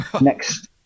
next